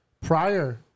prior